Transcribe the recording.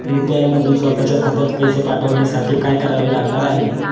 UPI मधून स्वत च्या खात्यात पैसे पाठवण्यासाठी काय करावे लागणार आहे?